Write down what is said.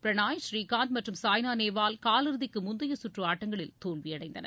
பிரணாய் ஸ்ரீகாந்த் மற்றும் சாய்னா நேவால் காலிறுதிக்கு முந்தைய சுற்று ஆட்டங்களில் தோல்வி அடைந்தனர்